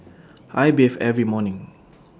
I bathe every morning